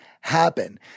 happen